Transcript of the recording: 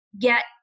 get